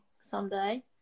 someday